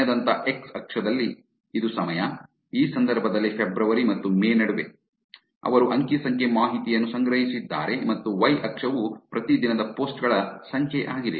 ಸಮಯದಂತಹ x ಅಕ್ಷದಲ್ಲಿ ಇದು ಸಮಯ ಈ ಸಂದರ್ಭದಲ್ಲಿ ಫೆಬ್ರವರಿ ಮತ್ತು ಮೇ ನಡುವೆ ಅವರು ಅಂಕಿ ಸಂಖ್ಯೆ ಮಾಹಿತಿಯನ್ನು ಸಂಗ್ರಹಿಸಿದ್ದಾರೆ ಮತ್ತು ವೈ ಅಕ್ಷವು ಪ್ರತಿ ದಿನದ ಪೋಸ್ಟ್ ಗಳ ಸಂಖ್ಯೆ ಆಗಿದೆ